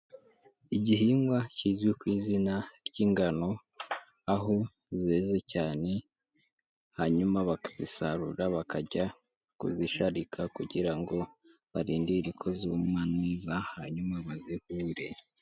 Igihingwa kizwi ku izina ry'ingano aho zeze cyane hanyuma bakazisarura bakajya kuzisharika kugira ngo barindire ko zuma neza hanyuma bazihure.